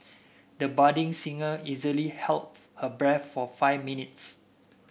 the budding singer easily held her breath for five minutes